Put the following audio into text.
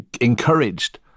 encouraged